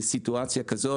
לסיטואציה כזאת.